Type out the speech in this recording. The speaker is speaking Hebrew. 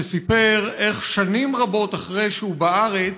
שסיפר איך שנים רבות אחרי שהוא בארץ,